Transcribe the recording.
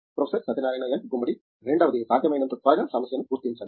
professor Satyanarayana N Gummadi రెండవది సాధ్యమైనంత త్వరగా సమస్యను గుర్తించడం